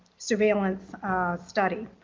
surveillance study.